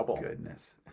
goodness